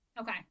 Okay